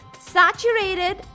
saturated